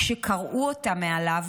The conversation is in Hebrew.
כשקרעו אותה מעליו,